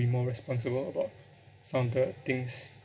be more responsible about some of the things